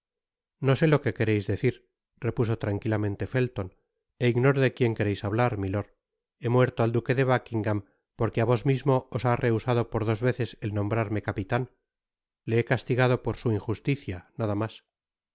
no sé lo que quereis decir repuso tranquilamente felton é ignoro de quien quereis hablar milord he muerto al duque de buckingam porque á vos mismo os ha rehusado por dos veces el nombrarme capitan le he castigado por su injusticia nada mas